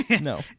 No